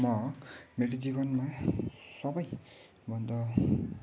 म मेरो जीवनमा सबैभन्दा